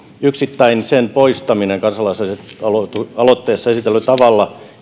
yksittäin sen poistaminen kansalaisaloitteessa esitellyllä tavalla